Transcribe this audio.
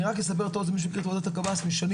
אני רק אסבר את האוזן, אנחנו בשנים